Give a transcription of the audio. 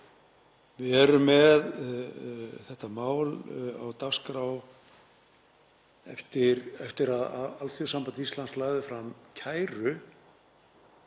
Við erum með þetta mál á dagskrá eftir að Alþýðusamband Íslands lagði fram kæru